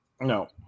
No